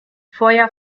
feuer